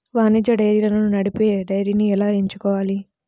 వాణిజ్య డైరీలను నడిపే డైరీని ఎలా ఎంచుకోవాలి?